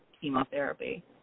chemotherapy